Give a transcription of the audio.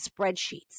spreadsheets